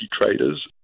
traders